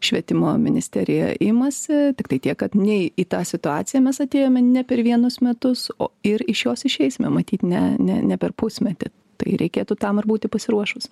švietimo ministerija imasi tiktai tiek kad nei į tą situaciją mes atėjome ne per vienus metus o ir iš jos išeisime matyt ne ne ne per pusmetį tai reikėtų tam ir būti pasiruošus